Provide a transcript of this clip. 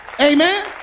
Amen